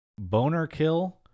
Bonerkill